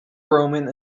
roman